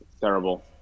terrible